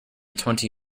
twenty